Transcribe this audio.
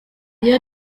iyo